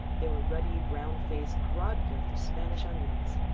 there were ruddy, brown-faced, broad-girthed spanish onions,